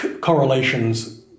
correlations